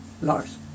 Lars